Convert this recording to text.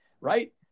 right